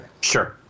sure